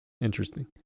Interesting